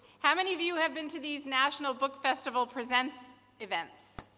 how many of you have been to these national book festival presents events?